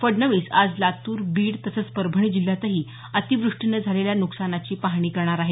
फडणवीस आज लातूर बीड तसंच परभणी जिल्ह्यातही अतिवृष्टीनं झालेल्या नुकसानाची पाहणी करणार आहेत